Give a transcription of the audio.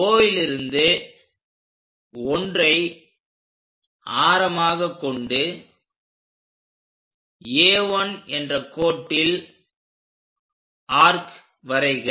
Oலிருந்து 1ஐ ஆரமாக கொண்டு A1 என்ற கோட்டில் ஆர்க் வரைக